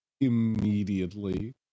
immediately